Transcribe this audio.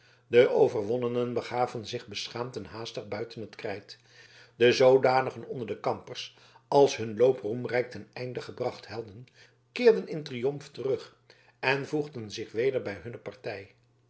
de verwonnenen begaven zich beschaamd en haastig buiten het krijt de zoodanigen onder de kampers als hun loop roemrijk ten einde gebracht hadden keerden in triomf terug en voegden zich weder bij hunne partij